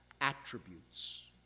attributes